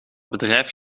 bedrijf